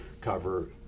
cover